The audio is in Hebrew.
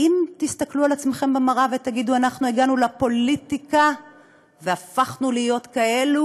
האם תסתכלו על עצמכם במראה ותגידו: הגענו לפוליטיקה והפכנו להיות כאלה